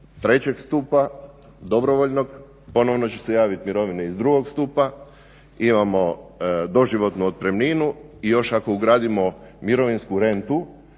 trećeg stupa dobrovoljnog, ponovno će se javiti mirovine iz drugog stupa, imamo doživotnu otpremninu i još ako ugradimo mirovinsku rentu